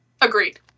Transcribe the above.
Agreed